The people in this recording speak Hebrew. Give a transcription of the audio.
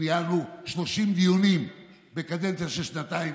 וניהלנו 30 דיונים בקדנציה של שנתיים,